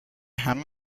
همه